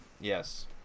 yes